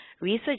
Research